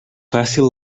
fàcil